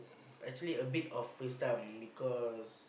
actually a bit of waste time because